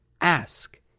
Ask